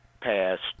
passed